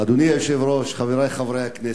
אדוני היושב-ראש, חברי חברי הכנסת,